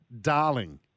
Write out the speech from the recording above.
darling